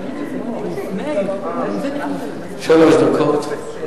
שלוש דקות.